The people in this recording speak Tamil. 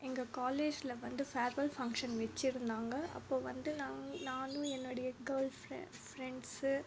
எங்கள் காலேஜில் வந்து ஃபேர்வெல் ஃபங்க்ஷன் வச்சுருந்தாங்க அப்போ வந்து நான் நானும் என்னுடய கேர்ள் ஃப்ரெண்ட்ஸ்ஸு